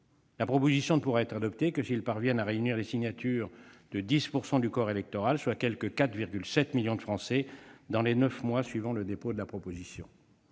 La proposition ne pourra être adoptée que s'ils parviennent à réunir les signatures de 10 % du corps électoral, soit quelque 4,7 millions de Français, dans les neuf mois suivant le dépôt de la proposition.